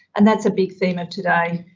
and that's a big theme of today.